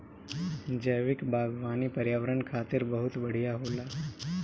जैविक बागवानी पर्यावरण खातिर बहुत बढ़िया होला